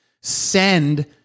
send